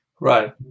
Right